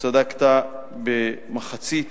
צדקת במחצית